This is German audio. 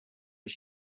ich